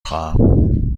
خواهم